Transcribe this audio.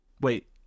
Wait